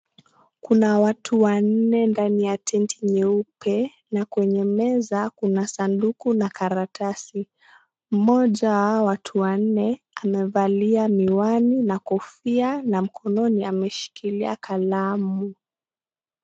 Kuna watu wanne ndani ya (CS)tent(CS)nyeupe, na kwenye meza kuna sanduku na karatasi. Mmoja ya watu wanne amevalia miwani na kofia na mkononi ameshikilia kalamu.